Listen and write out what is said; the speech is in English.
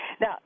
Now